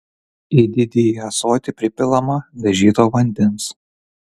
į didįjį ąsotį pripilama dažyto vandens